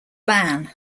ban